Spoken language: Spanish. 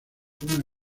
una